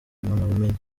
impamyabumenyi